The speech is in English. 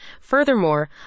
Furthermore